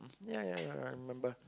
yeah yeah yeah I remembered